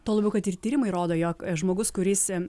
tuo labiau kad ir tyrimai rodo jog žmogus kuris